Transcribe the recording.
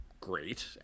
great